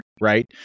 right